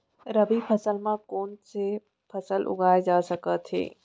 रबि फसल म कोन कोन से फसल उगाए जाथे सकत हे?